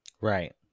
Right